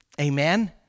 Amen